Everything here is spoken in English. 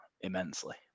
immensely